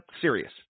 serious